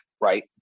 right